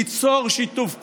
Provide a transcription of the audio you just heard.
ליצור שיתוף פעולה,